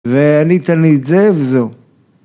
‫ואני תן לי את זה, וזהו.